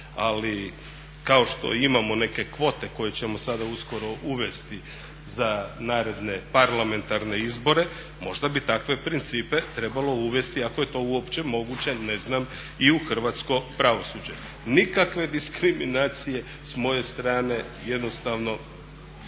ali kao što imamo neke kvote koje ćemo sada uskoro uvesti za naredne parlamentarne izbore možda bi takve principe trebalo uvesti ako je to uopće moguće ne znam i u hrvatsko pravosuđe. Nikakve diskriminacije s moje strane jednostavno